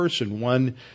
One